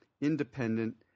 independent